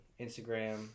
Instagram